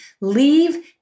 leave